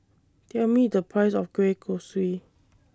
Tell Me The Price of Kueh Kosui